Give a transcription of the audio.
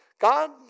God